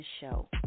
Show